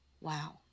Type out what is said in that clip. Wow